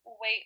wait